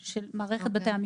(הוראות מיוחדות לעניין רופא שהורשע בעבירת מין),